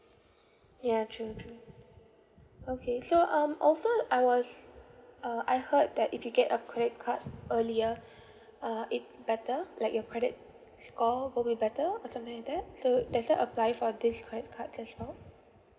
ya true true okay so um also I was uh I heard that if you get a credit card earlier uh it's better like your credit score will be better or something like that so does that apply for this credit card as well